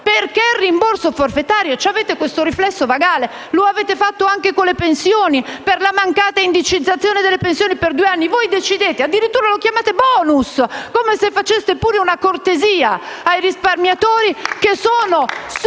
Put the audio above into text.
perché il rimborso forfetario? Avete questo riflesso vagale, lo avete fatto anche con le pensioni, per la mancata indicizzazione delle pensioni per due anni. Voi decidete e addirittura lo chiamate *bonus*, come se faceste pure una cortesia ai risparmiatori, risarciti